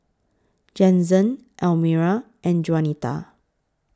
Jensen Almyra and Juanita